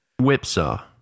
Whipsaw